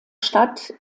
stadt